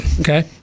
Okay